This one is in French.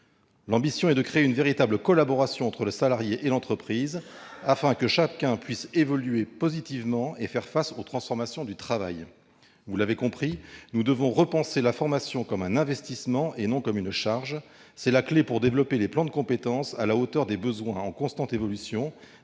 L'ambition est de créer une véritable collaboration entre le salarié et l'entreprise, afin que chacun puisse évoluer positivement et faire face aux transformations du travail. Vous l'avez compris, nous devons repenser la formation comme un investissement, et non comme une charge. C'est la clef pour développer des plans de compétences à la hauteur des besoins, en constante évolution,